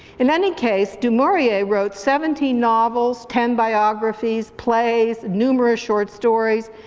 in any case, du maurier wrote seventeen novels, ten biographies, plays, numerous short stories,